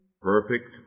perfect